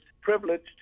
privileged